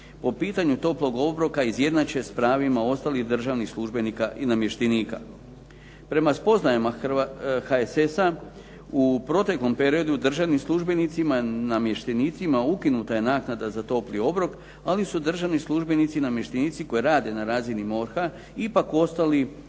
po pitanju toplog obroka izjednače s pravima ostalih državnih službenika i namještenika. Prema spoznajama HSS-a u proteklom periodu državnim službenicima, namještenicima ukinuta je naknada za topli obrok ali su državni službenici i namještenici koji rade na razini MORH-a ipak ostali u